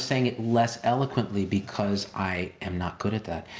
saying it less eloquently because i am not good at that.